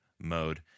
mode